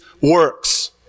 works